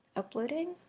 uploading.